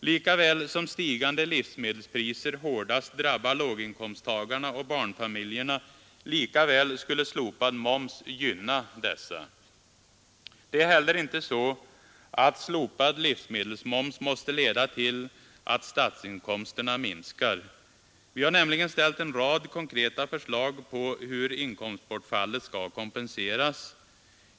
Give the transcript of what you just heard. Lika väl som stigande livsmedelspriser hårdast drabbar låginkomsttagarna och barnfamiljerna, lika väl skulle slopad moms gynna dessa. Det är inte heller så, att slopad livsmedelsmoms måste leda till att statsinkomsterna minskar. Vi har nämligen ställt en rad konkreta förslag på hur inkomstbortfallet skall kompenseras.